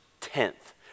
tenth